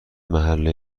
محله